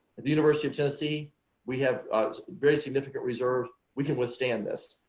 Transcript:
at the university of tennessee we have a very significant reserve we can withstand this.